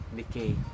decay